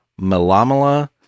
Malamala